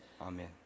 Amen